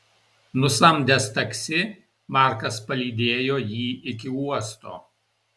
nusamdęs taksi markas palydėjo jį iki uosto